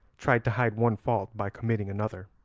tried to hide one fault by committing another.